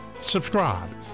Subscribe